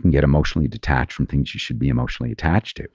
can get emotionally detached from things you should be emotionally attached to.